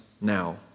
now